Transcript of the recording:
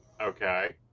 Okay